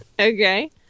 Okay